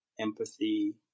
empathy